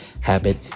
habit